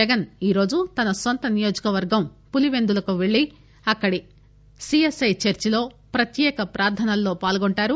జగస్ ఈరోజు తన నొంత నియోజక వర్గం పులీపెందుల వెళ్లి అక్కడి సీఎస్ఐ చర్చిలో ప్రత్యేక ప్రార్థనల్లో పాల్గొంటారు